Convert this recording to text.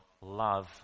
love